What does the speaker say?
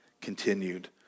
continued